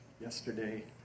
yesterday